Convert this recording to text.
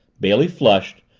bailey flushed,